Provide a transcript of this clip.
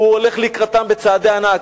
שהוא הולך לקראתם בצעדי ענק.